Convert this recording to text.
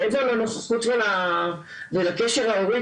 מעבר לנוכחות ולקשר ההורי,